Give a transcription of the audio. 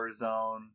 Warzone